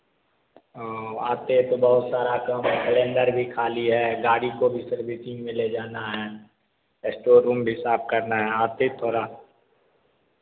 हाँ आते तो बहुत सारा काम सिलेंडर भी खाली है गाड़ी को भी सर्विसिंग में ले जाना है एस्टोर रूम भी साफ़ करना है आते थोड़ा